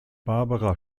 barbara